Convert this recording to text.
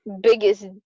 biggest